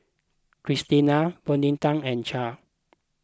Kristina Vonetta and Cher